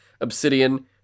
Obsidian